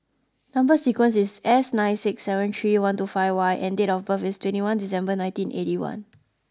number sequence is S nine six seven three one two five Y and date of birth is twenty one December nineteen eighty one